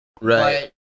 Right